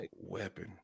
weapon